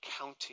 county